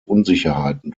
unsicherheiten